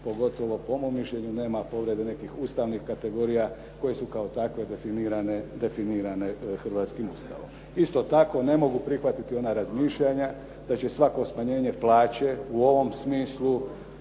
Pogotovo po mom mišljenju nema povrede nekakvih ustavnih kategorija koje su kao takve definirane hrvatskim Ustavom. Isto tako ne mogu prihvatiti ona razmišljanja, da će svako smanjenje plaće u ovom smislu